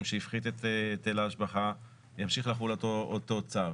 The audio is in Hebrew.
שהפחית את היטל ההשבחה ימשיך לחול אותו צו.